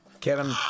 Kevin